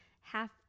half